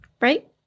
Right